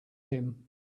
him